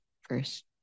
first